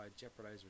jeopardize